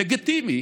לגיטימי